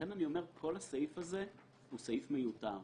לכן אני אומר שכל הסעיף הזה הוא סעיף מיותר.